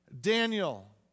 Daniel